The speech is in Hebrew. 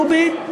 רובי,